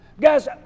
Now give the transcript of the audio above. Guys